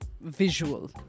visual